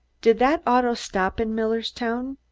did that auto stop in millerstown?